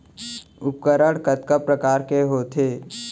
उपकरण कतका प्रकार के होथे?